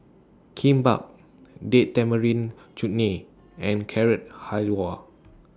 Kimbap Date Tamarind Chutney and Carrot Halwa